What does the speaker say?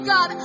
God